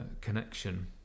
connection